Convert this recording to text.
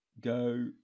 go